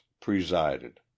presided